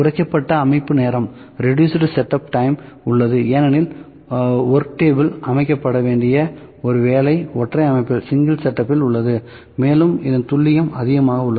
குறைக்கப்பட்ட அமைவு நேரம் உள்ளது ஏனெனில் வொர்க்டேபிளில் அமைக்கப்பட வேண்டிய ஒரே வேலை ஒற்றை அமைப்பில் உள்ளது மேலும் இதன் துல்லியம் அதிகமாக உள்ளது